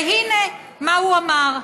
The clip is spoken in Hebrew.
והינה, מה הוא אמר?